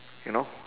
you know